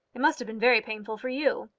it must have been very painful for you.